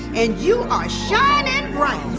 and you are shining bright